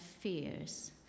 fears